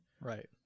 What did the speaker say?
right